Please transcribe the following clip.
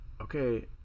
okay